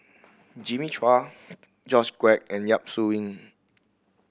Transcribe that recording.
Jimmy Chua George Quek and Yap Su Yin